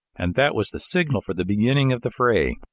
and that was the signal for the beginning of the fray.